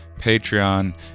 patreon